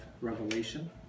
revelation